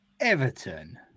Everton